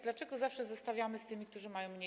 Dlaczego zawsze zestawiamy z tymi, którzy mają mniej?